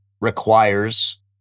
requires